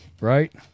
right